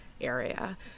area